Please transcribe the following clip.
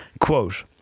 Quote